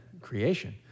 creation